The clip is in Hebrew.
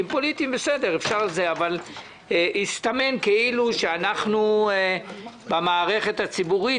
הפוליטיים הסתמן כאילו אנחנו במערכת הציבורית